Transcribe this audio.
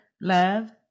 love